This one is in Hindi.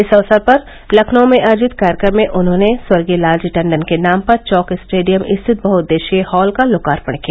इस अवसर पर लखनऊ में आयोजित कार्यक्रम में उन्होंने स्वर्गीय लालजी टंडन के नाम पर चौक स्टेडियम स्थित बहुददेश्यीय हॉल का लोकार्पण किया